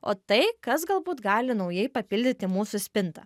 o tai kas galbūt gali naujai papildyti mūsų spintą